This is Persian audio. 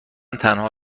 تنها